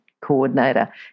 coordinator